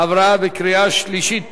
עברה בקריאה שלישית